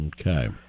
Okay